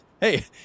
Hey